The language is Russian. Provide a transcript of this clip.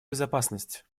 безопасность